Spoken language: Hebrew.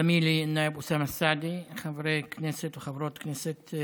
(אומר בערבית: חברי חבר הכנסת אוסאמה סעדי,) חברי הכנסת וחברות הכנסת,